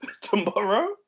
tomorrow